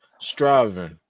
striving